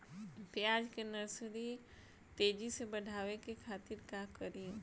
प्याज के नर्सरी तेजी से बढ़ावे के खातिर का करी?